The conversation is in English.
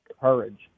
courage